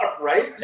right